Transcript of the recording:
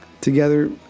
Together